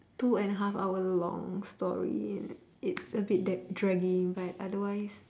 two and a half hour long story it's a bit that draggy but otherwise